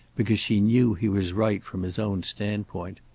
because she knew he was right from his own standpoint.